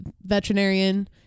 veterinarian